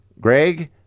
Greg